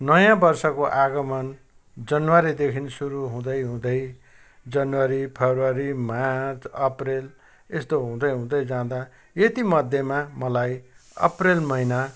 नयाँ वर्षको आगमन जनवरीदेखि सुरु हुँदै हुँदै जनवरी फेब्रुअरी मार्च अप्रेल यस्तो हुँदै हुँदै जाँदा यतिमध्येमा मलाई अप्रेल महिना